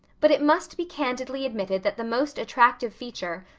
but it must be candidly admitted that the most attractive feature,